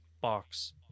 box